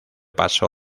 paso